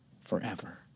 forever